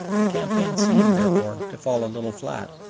the campaign seemed, therefore, to fall a little flat.